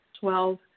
Twelve